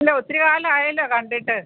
ഇല്ല ഒത്തിരി കാലമായല്ലോ കണ്ടിട്ട്